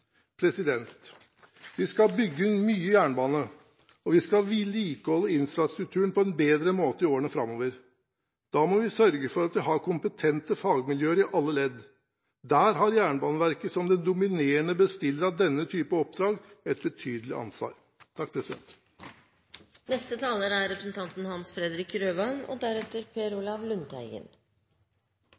framover. Vi skal bygge mye jernbane, og vi skal vedlikeholde infrastrukturen på en bedre måte i årene framover. Da må vi sørge for at vi har kompetente fagmiljøer i alle ledd. Der har Jernbaneverket som den dominerende bestiller av denne type oppdrag et betydelig ansvar. Interpellanten reiser viktige spørsmål rundt vedlikehold og